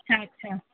अच्छा अच्छा